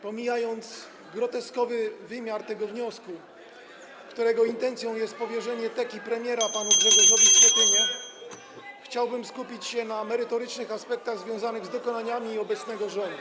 Pomijając groteskowy wymiar tego wniosku, którego intencją jest powierzenie teki premiera panu Grzegorzowi Schetynie, [[Gwar na sali, dzwonek]] chciałbym skupić się na merytorycznych aspektach związanych z dokonaniami obecnego rządu.